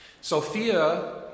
Sophia